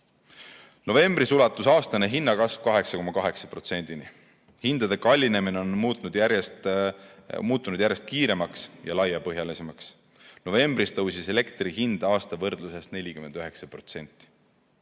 Novembris ulatus aastane hinnakasv 8,8%‑ni. Hindade kallinemine on muutunud järjest kiiremaks ja laiapõhjalisemaks. Novembris tõusis elektri hind aasta võrdluses 49%.